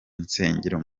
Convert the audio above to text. nsengero